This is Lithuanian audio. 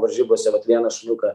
varžybose vat vieną šuniuką